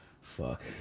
fuck